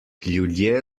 ljudje